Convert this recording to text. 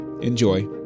enjoy